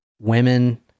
women